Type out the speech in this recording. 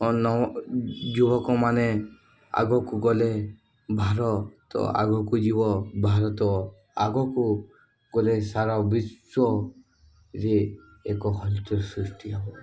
ନଅ ଯୁବକମାନେ ଆଗକୁ ଗଲେ ଭାରତ ଆଗକୁ ଯିବ ଭାରତ ଆଗକୁ ଗଲେ ସାରା ବିଶ୍ୱରେ ଏକ ହଲଚଲ୍ ସୃଷ୍ଟି ହବ